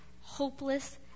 hopeless